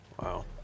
Wow